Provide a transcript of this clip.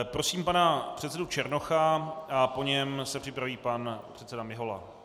Prosím pana předsedu Černocha a po něm se připraví pan předseda Mihola.